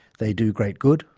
they do great good,